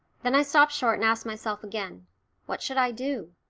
then i stopped short and asked myself again what should i do?